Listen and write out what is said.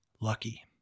lucky